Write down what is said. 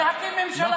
להקים ממשלה.